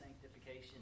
sanctification